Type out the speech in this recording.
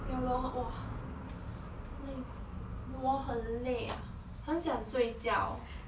ya lor !wah! 累我很累啊很想睡觉